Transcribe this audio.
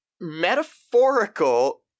metaphorical